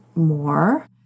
more